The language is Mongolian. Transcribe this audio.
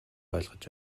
ойлгож